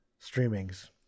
streamings